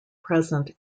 present